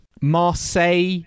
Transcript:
Marseille